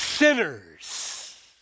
Sinners